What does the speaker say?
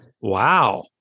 Wow